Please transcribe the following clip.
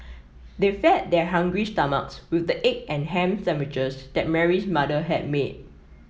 they fed their hungry stomachs with the egg and ham sandwiches that Mary's mother had made